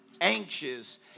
anxious